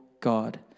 God